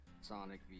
Sonic